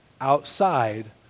outside